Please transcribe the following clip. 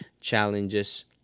challenges